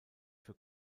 für